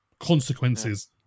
consequences